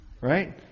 right